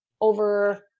over-